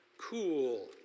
cool